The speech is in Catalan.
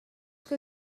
que